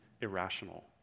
irrational